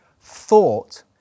thought